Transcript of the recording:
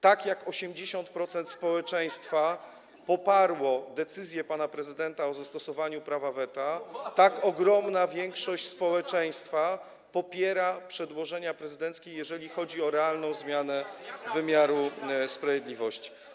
Tak jak 80% społeczeństwa poparło decyzję pana prezydenta o zastosowaniu prawa weta, tak ogromna większość społeczeństwa popiera przedłożenia prezydenckie, jeżeli chodzi o realną zmianę wymiaru sprawiedliwości.